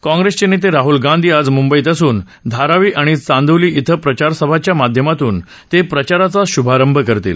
काँग्रेस नेते राहल गांधी आज मुंबईत असून धारावी आणि चांदिवली इथं प्रचारसभांच्या माध्यमातून त प्रिवाराचा शुभारंभ करतील